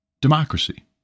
democracy